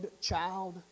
child